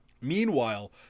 Meanwhile